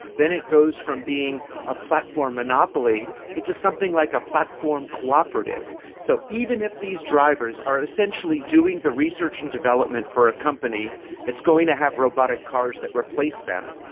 then it goes from being a platform monopoly into something like a platform cooperative. so even if these drivers are essentially doing the research and development for a company that's going to have robotic cars that replace them,